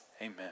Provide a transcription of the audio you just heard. amen